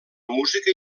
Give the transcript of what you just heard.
música